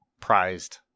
prized